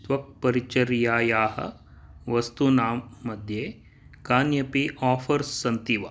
त्वक्परिचर्यायाः वस्तूनां मध्ये कान्यपि आफ़र्स् सन्ति वा